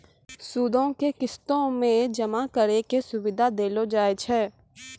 सूदो के किस्तो मे जमा करै के सुविधा देलो जाय छै